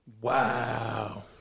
Wow